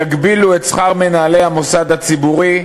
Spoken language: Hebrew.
יגבילו את שכר מנהלי המוסד הציבורי,